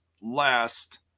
last